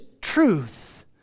truth